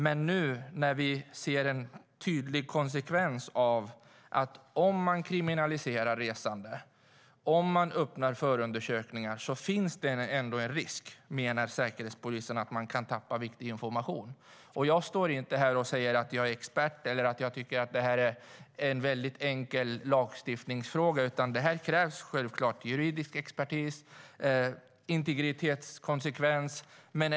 Men nu ser vi - det är en tydlig konsekvens - att om man kriminaliserar resande och om man öppnar förundersökningar finns det en risk att Säkerhetspolisen kan tappa viktig information. Jag står inte här och säger att jag är expert eller att jag tycker att detta är en enkel lagstiftningsfråga, utan det krävs självklart juridisk expertis, och man behöver se på integritetskonsekvenser.